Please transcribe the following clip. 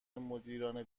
مدیران